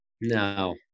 no